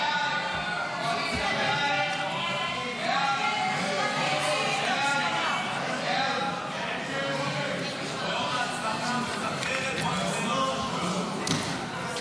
הודעת הממשלה על העברת סמכויות משר האוצר לשר לביטחון לאומי נתקבלה.